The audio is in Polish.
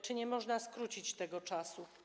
Czy nie można skrócić tego czasu?